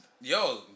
yo